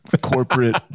corporate